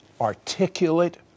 articulate